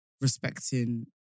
respecting